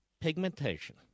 pigmentation